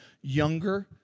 younger